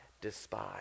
despise